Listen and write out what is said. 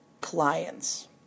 clients